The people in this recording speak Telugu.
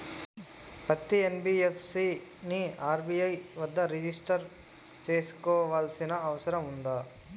పత్తి ఎన్.బి.ఎఫ్.సి ని ఆర్.బి.ఐ వద్ద రిజిష్టర్ చేసుకోవాల్సిన అవసరం ఉందా?